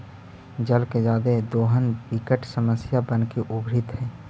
जल के जादे दोहन विकट समस्या बनके उभरित हई